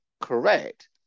correct